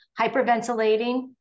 hyperventilating